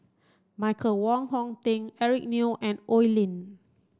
Michael Wong Hong Teng Eric Neo and Oi Lin